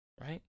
right